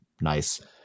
nice